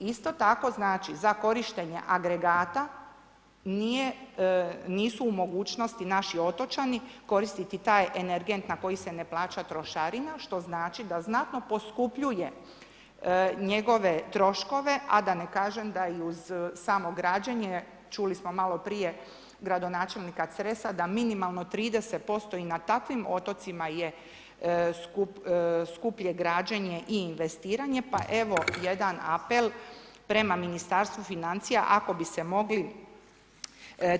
Isto tako za korištenje agregata nisu u mogućnosti naši otočani koristiti taj energent na koji se ne plaća trošarina što znači da znatno poskupljuje njegove troškove a da ne kažem da i uz samo građenje, čuli smo maloprije gradonačelnika Cresa, da minimalno 30% i na takvim otocima je skuplje građenje i investiranje pa evo jedan apel prema Ministarstvu financija ako bi se mogli